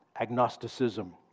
agnosticism